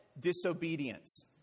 disobedience